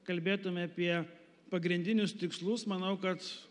kalbėtume apie pagrindinius tikslus manau kad